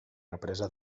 represa